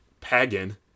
pagan